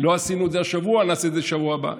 לא עשינו את זה השבוע, נעשה את זה בשבוע הבא.